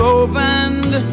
opened